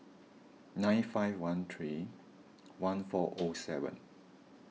nine five one three one four O seven